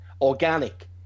organic